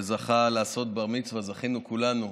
וזכה לעשות בר-מצווה, זכינו, כולנו,